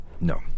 No